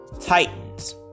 Titans